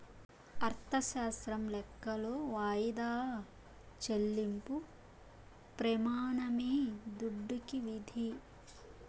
అర్ధశాస్త్రం లెక్కలో వాయిదా చెల్లింపు ప్రెమానమే దుడ్డుకి విధి